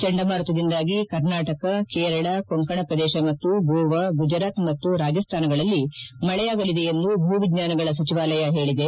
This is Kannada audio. ಚಂಡಮಾರುತದಿಂದಾಗಿ ಕರ್ನಾಟಕ ಕೇರಳ ಕೊಂಕಣ ಪ್ರದೇಶ ಮತ್ತು ಗೋವಾ ಗುಜರಾತ್ ಮತ್ತು ರಾಜಸ್ತಾನಗಳಲ್ಲಿ ಮಳೆಯಾಗಲಿದೆ ಎಂದು ಭೂವಿಜ್ಞಾನಗಳ ಸಚಿವಾಲಯ ಹೇಳಿದೆ